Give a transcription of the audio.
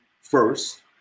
first